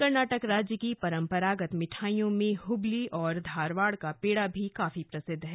कर्नाटक राज्य की परंपरागत मिठाइयों में हुबली और धारवाड़ का पेड़ा भी काफी प्रसिद्ध है